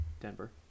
denver